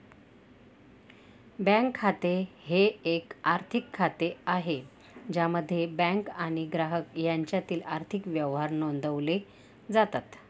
bank खाते हे एक आर्थिक खाते आहे ज्यामध्ये बँक आणि ग्राहक यांच्यातील आर्थिक व्यवहार नोंदवले जातात